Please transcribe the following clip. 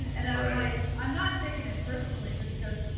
and i'm like, i'm not taking it personally, just because,